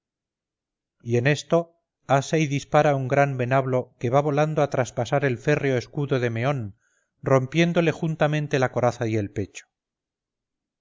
y en esto ase y dispara un gran venablo que va volando a traspasar el férreo escudo de meón rompiéndole juntamente la coraza y el pecho